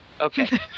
okay